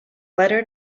letter